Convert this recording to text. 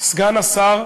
סגן שר.